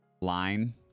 line